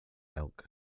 elk